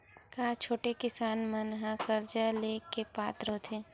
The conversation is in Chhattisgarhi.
का छोटे किसान मन हा कर्जा ले के पात्र होथे?